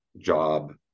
job